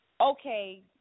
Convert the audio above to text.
okay